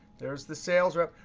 there's the sales rep.